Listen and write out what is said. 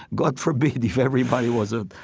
god forbid if everybody was a